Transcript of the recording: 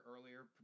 earlier